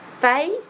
faith